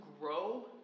grow